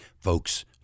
folks